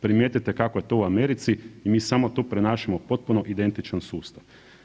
Primijetite kako je to u Americi i mi samo tu prenašamo potpuno identičan sustav.